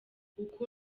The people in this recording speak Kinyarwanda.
uku